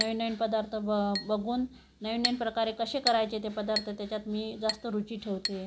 नवीन नवीन पदार्थ ब बघून नवीन नवीन प्रकारे कसे करायचे ते पदार्थ त्याच्यात मी जास्त रुची ठेवते